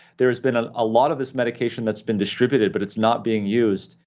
there's been a lot of this medication that's been distributed, but it's not being used.